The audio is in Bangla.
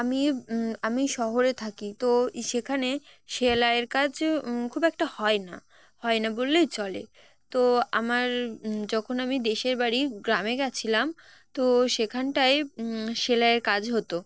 আমি আমি শহরে থাকি তো সেখানে সেলাইয়ের কাজ খুব একটা হয় না হয় না বললেই চলে তো আমার যখন আমি দেশের বাড়ি গ্রামে গেছিলাম তো সেখানটায় সেলাইয়ের কাজ হতো